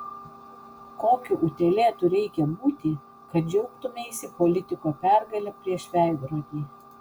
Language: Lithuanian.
kokiu utėlėtu reikia būti kad džiaugtumeisi politiko pergale prieš veidrodį